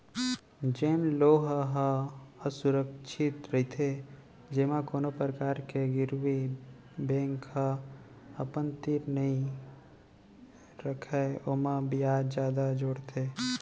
जेन लोन ह असुरक्छित रहिथे जेमा कोनो परकार के गिरवी बेंक ह अपन तीर नइ रखय ओमा बियाज जादा जोड़थे